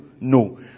No